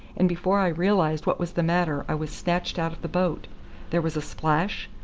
and before i realised what was the matter i was snatched out of the boat there was a splash,